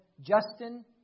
Justin